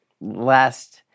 Last